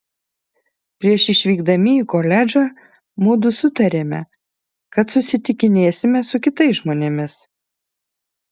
prieš išvykdami į koledžą mudu sutarėme kad susitikinėsime su kitais žmonėmis